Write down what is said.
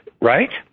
right